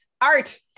art